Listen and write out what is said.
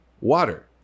water